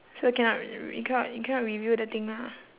so cannot re~ you cannot you cannot reveal the thing lah